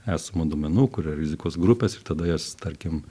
esamų duomenų kur yra rizikos grupės ir tada jas tarkim